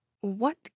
What